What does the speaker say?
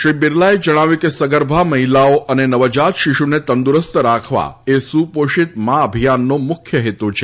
શ્રી બિરલાએ જણાવ્યું હતુ કે સગર્ભા મહિલાઓ અને નવજાત શિશુને તંદુરસ્ત રાખવા એ સુપોષિત મા અભિયાનનો મુખ્ય હેતુ છે